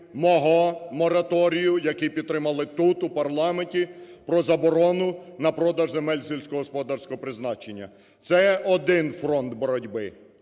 мого мораторію, який підтримали тут, у парламенті, про заборону на продаж земель сільськогосподарського призначення. Це один фронт боротьби.